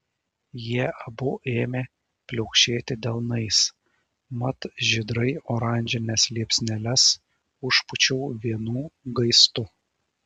jie abu ėmė pliaukšėti delnais mat žydrai oranžines liepsneles užpūčiau vienu gaistu